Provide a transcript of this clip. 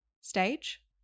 stage